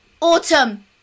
autumn